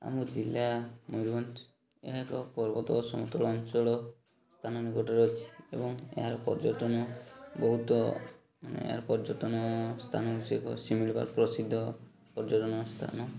ଆମ ଜିଲ୍ଲା ମୟୂରଭଞ୍ଜ ଏହା ଏକ ପର୍ବତ ଓ ସମତଳ ଅଞ୍ଚଳ ସ୍ଥାନ ନିକଟରେ ଅଛି ଏବଂ ଏହାର ପର୍ଯ୍ୟଟନ ବହୁତ ମାନେ ଏହାର ପର୍ଯ୍ୟଟନ ସ୍ଥାନ ବିଷୟ ସିମିଳିବାର୍ ପ୍ରସିଦ୍ଧ ପର୍ଯ୍ୟଟନ ସ୍ଥାନ